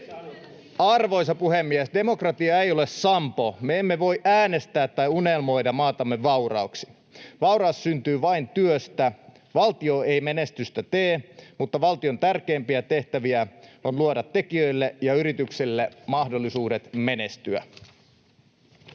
Arvoisa puhemies! Demokratia ei ole sampo. Me emme voi äänestää tai unelmoida maatamme vauraaksi. Vauraus syntyy vain työstä. Valtio ei menestystä tee, mutta valtion tärkeimpiä tehtäviä on luoda tekijöille ja yrityksille mahdollisuudet menestyä.